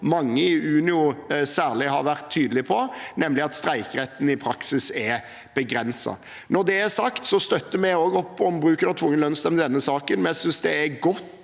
mange i særlig Unio har vært tydelig på, nemlig at streikeretten i praksis er begrenset. Når det er sagt, støtter også vi opp om bruken av tvungen lønnsnemnd i denne saken. Vi synes det er godt